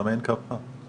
למה אין קו חם.